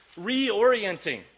reorienting